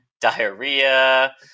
diarrhea